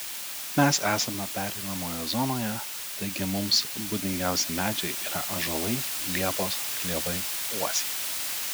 mes esame pereinamoje zonoje taigi mums būdingiausi medžiai yra ąžuolai liepos klevai uosiai